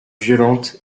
violente